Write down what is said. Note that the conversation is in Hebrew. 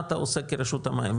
מה אתה עושה כרשות המים?